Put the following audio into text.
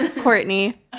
Courtney